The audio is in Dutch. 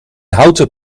houten